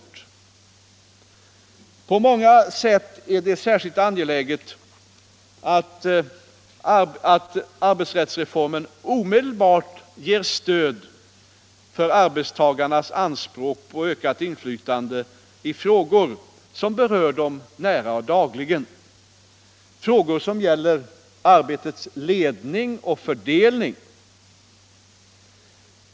Det är på många sätt särskilt angeläget att arbetsrättsreformen omedelbart ger stöd för arbetstagarnas anspråk på ökat inflytande i frågor som berör dem nära och dagligen, frågor som gäller arbetets ledning och fördelning.